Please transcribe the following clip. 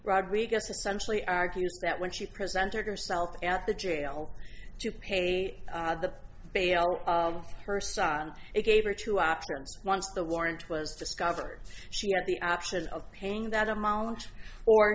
rodriguez essentially argues that when she presented herself at the jail to pay the bail her son it gave her two options once the warrant was discovered she had the option of paying that amount or